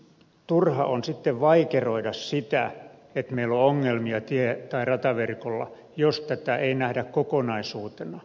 turha on sitten vaikeroida sitä että meillä on ongelmia rataverkolla jos tätä ei nähdä kokonaisuutena